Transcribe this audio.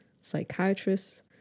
psychiatrists